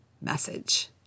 message